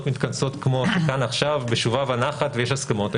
מתכנסות כאן עכשיו בשובה ונחת עם הסכמות,